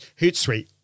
Hootsuite